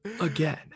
Again